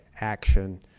action